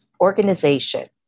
Organization